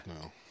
No